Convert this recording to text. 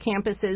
campuses